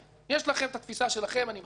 יש לכם התפישה שלכם אני מכבד אותה.